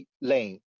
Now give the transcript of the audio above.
lane